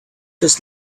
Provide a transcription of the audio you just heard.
just